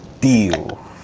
deal